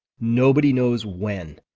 nobody knows when,